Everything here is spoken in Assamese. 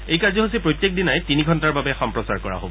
এই কাৰ্যসূচী প্ৰত্যেক দিনাই তিনি ঘণ্টাৰ বাবে সম্প্ৰচাৰ কৰা হ'ব